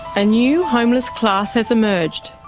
a new homeless class has emerged,